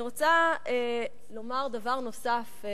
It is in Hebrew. אני רוצה לומר דבר נוסף.